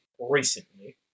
Recently